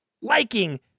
liking